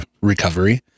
recovery